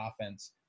offense